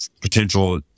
potential